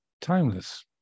timeless